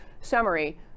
summary